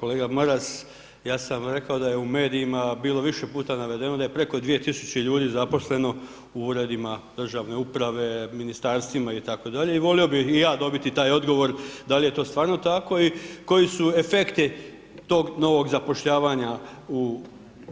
Kolega Maras, ja sam rekao da je u medijima bilo više puta navedeno da je preko 2000 ljudi zaposleno u Uredima državne uprave, Ministarstvima itd. i volio bih i ja dobiti taj odgovor da li je to stvarno tako i koji su efekti tog novog zapošljavanja u